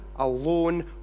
alone